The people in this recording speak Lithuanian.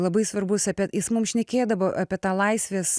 labai svarbus apie jis mum šnekėdavo apie tą laisvės